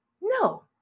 No